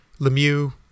Lemieux